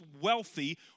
wealthy